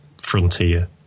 frontier